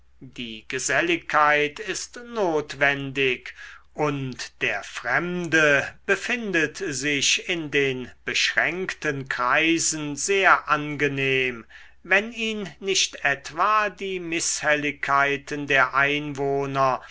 die geselligkeit ist notwendig und der fremde befindet sich in den beschränkten kreisen sehr angenehm wenn ihn nicht etwa die mißhelligkeiten der einwohner